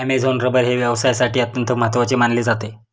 Amazon rubber हे व्यवसायासाठी अत्यंत महत्त्वाचे मानले जाते